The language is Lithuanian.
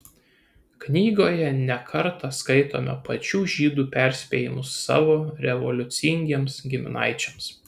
knygoje ne kartą skaitome pačių žydų perspėjimus savo revoliucingiems giminaičiams